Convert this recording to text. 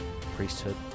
priesthood